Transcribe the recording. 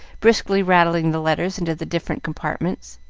briskly rattling the letters into the different compartments,